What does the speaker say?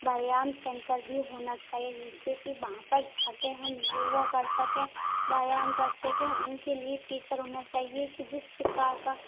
व्यायाम सेंटर भी होना चाहिये जिससे कि वहाँ पर जाके हम योगा कर सकें व्यायाम कर सकें उनके लिए टीचर होना चाहिए कि जिस प्रकार का